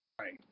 Right